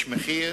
יש מחיר